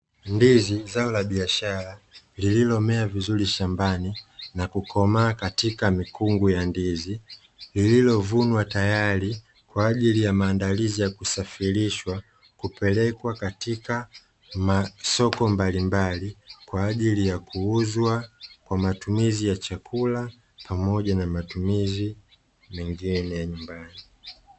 Ndizi zao la biashara lililomea vizuri shambani, na kukomaa katika mikungu ya Ndizi, iliyovunwa tayari kwaajili ya maandalizi ya kusafirishwa, kupelekwa katika masoko mbalimbali kwaajili ya kuuzwa kwa matumizi ya chakula pamoja na matumizi mengine ya Nyumbani.